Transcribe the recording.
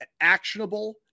actionable